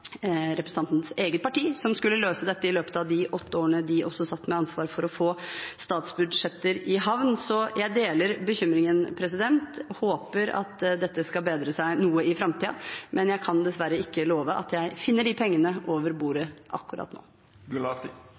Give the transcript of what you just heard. representantens eget parti som skulle løse dette, i løpet av de åtte årene de også satt med ansvar for å få statsbudsjetter i havn. Så jeg deler bekymringen, jeg håper at dette skal bedre seg noe i framtiden, men jeg kan dessverre ikke love at jeg finner de pengene over bordet akkurat nå.